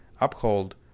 uphold